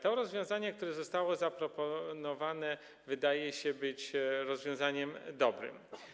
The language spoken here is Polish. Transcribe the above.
To rozwiązanie, które zostało zaproponowane, wydaje się, że jest rozwiązaniem dobrym.